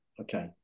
okay